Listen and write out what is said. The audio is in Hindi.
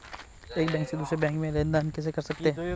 एक बैंक से दूसरे बैंक में लेनदेन कैसे कर सकते हैं?